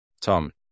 Tom